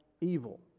evil